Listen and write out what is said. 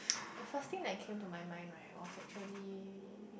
the first thing that came to my mind right was actually